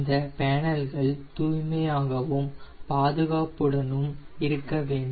இந்த பேனல்கள் தூய்மையாகவும் பாதுகாப்புடனும் இருக்க வேண்டும்